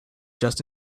just